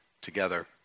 together